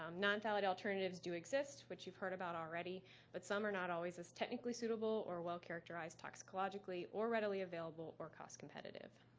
um nonphthalate alternatives do exist, which you've heard about already but some are not always as technically suitable or well-characterized toxicologically or readily available or cost-competitive.